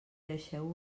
deixeu